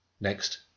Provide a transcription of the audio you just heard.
Next